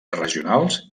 regionals